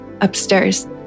upstairs